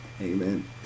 Amen